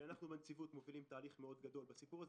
אנחנו בנציבות מובילים תהליך גדול מאוד בעניין הזה,